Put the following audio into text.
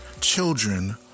Children